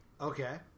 Okay